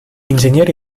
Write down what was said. ingegneri